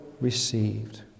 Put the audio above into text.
received